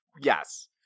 Yes